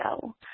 go